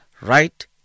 right